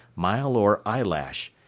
mile or eyelash,